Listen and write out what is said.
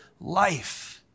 life